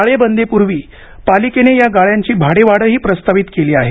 टाळेबंदीपूर्वी पालिकेने या गाळ्यांची भाडेवाढही प्रस्तावित केली आहे